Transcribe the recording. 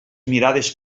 mirades